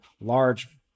large